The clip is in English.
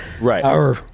Right